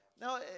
Now